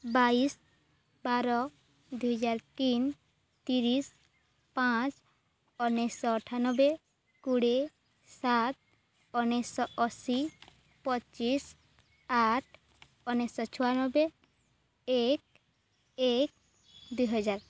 ବାଇଶି ବାର ଦୁଇହଜାର ତିନ ତିରିଶି ପାଞ୍ଚ ଉଣେଇଶିଶହ ଅଠାନବେ କୋଡ଼ିଏ ସାତ ଉଣେଇଶିଶହ ଅଶୀ ପଚିଶି ଆଠ ଉଣେଇଶିଶହ ଛୟାନବେ ଏକ ଏକ ଦୁଇହଜାର